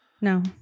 No